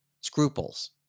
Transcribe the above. scruples